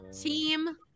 team